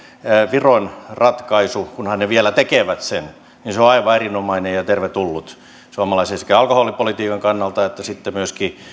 viron ratkaisu kunhan he vielä tekevät sen on aivan erinomainen ja oikein tervetullut sekä suomalaisen alkoholipolitiikan kannalta että sitten myöskin